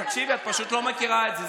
תקשיבי, את פשוט לא מכירה את זה.